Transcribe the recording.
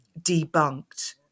debunked